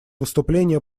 выступление